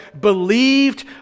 believed